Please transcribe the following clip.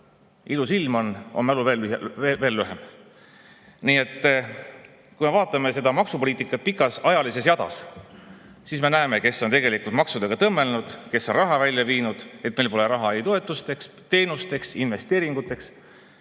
ilus, on mälu veel lühem. Nii et kui me vaatame maksupoliitikat pika aja [jooksul], siis me näeme, kes on tegelikult maksudega tõmmelnud, kes on raha välja viinud, nii et meil pole raha toetusteks, teenusteks, investeeringuteks.